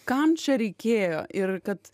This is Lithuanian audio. kam čia reikėjo ir kad